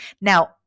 Now